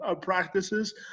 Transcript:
practices